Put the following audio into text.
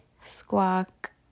Squawk